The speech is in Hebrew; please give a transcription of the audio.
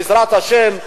בעזרת השם,